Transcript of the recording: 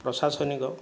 ପ୍ରଶାସନିକ